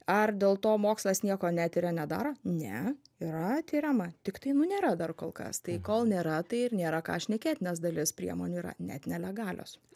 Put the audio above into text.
ar dėl to mokslas nieko netiria nedaro ne yra tiriama tiktai nu nėra dar kol kas tai kol nėra tai ir nėra ką šnekėt nes dalis priemonių yra net nelegalios